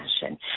passion